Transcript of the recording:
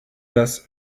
das